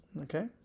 Okay